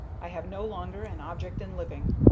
i have no longer an object in living.